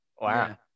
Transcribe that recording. Wow